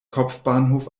kopfbahnhof